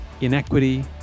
inequity